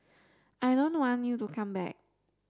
I don't want you to come back